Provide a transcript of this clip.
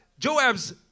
Joab's